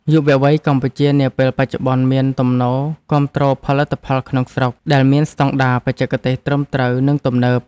យុវវ័យកម្ពុជានាពេលបច្ចុប្បន្នមានទំនោរគាំទ្រផលិតផលក្នុងស្រុកដែលមានស្តង់ដារបច្ចេកទេសត្រឹមត្រូវ និងទំនើប។